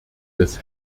des